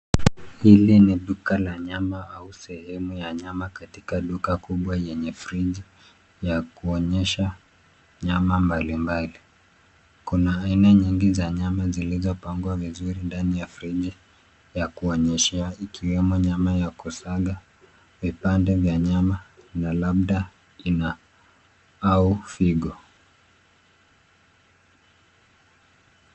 Hili ni duka la nyama au sehemu ya nyama katika duka kubwa yenye fridge ya kuonyesha nyama mbalimbali. Kuna aina nyingi za nyama zilizopangwa vizuri ndani ya friji ya kuonyeshea ikiwemo nyama ya kusaga, vipande vya nyama na labda ina au figo.